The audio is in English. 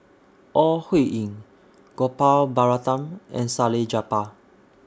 Ore Huiying Gopal Baratham and Salleh Japar